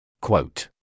Quote